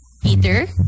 Peter